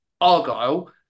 Argyle